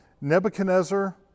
Nebuchadnezzar